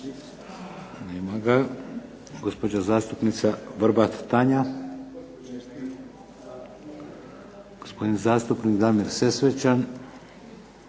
Hvala vam